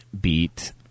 beat